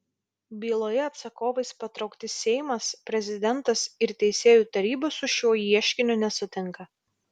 byloje atsakovais patraukti seimas prezidentas ir teisėjų taryba su šiuo ieškiniu nesutinka